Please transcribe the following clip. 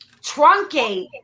truncate